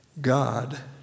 God